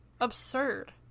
absurd